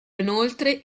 inoltre